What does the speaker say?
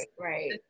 right